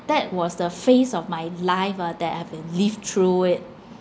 that was the phase of my life ah that I've been live through it